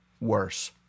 worse